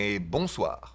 Bonsoir